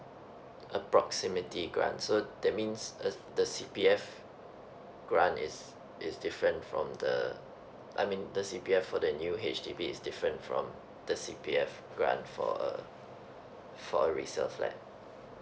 a proximity grant so that means uh the C_P_F grant is is different from the I mean the C_P_F for the new H_D_B is different from the C_P_F grant for a for a resale flat